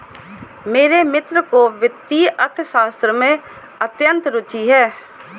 मेरे मित्र को वित्तीय अर्थशास्त्र में अत्यंत रूचि है